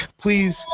Please